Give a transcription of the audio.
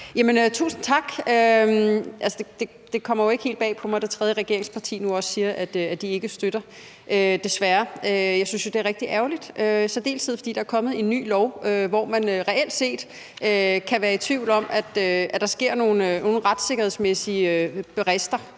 Tusind tak. Det kommer jo ikke helt bag på mig, at det tredje regeringsparti nu også siger, at de ikke støtter forslaget, desværre. Jeg synes jo, det er rigtig ærgerligt, i særdeleshed fordi der er kommet en ny lov, hvor man reelt set kan være i tvivl om, om der sker nogle retssikkerhedsmæssige brister